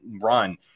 run